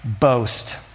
boast